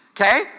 okay